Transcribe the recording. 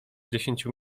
dziesięciu